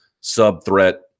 sub-threat